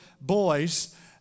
boys